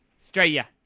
Australia